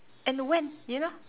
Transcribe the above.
and when you know